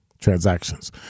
transactions